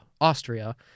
Austria